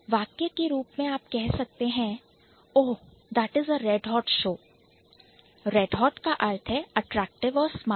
वाक्य के रूप में आप कह सकते हैं कि Oh that is a redhot show oh that is a red hot show Redhot का अर्थ है Attractive और Smart अट्रैक्टिव और स्मार्ट